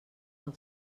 pel